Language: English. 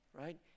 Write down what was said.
right